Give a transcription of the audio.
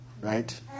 right